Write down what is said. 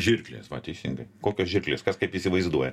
žirklės va teisingai kokios žirklės kas kaip įsivaizduoja